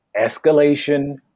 escalation